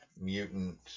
mutant